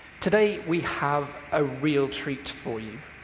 today we have a real treat for you.